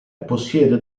possiede